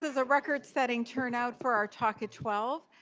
this is a record-setting turnout for our talk at twelve.